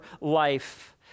life